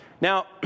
Now